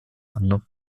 anno